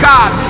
God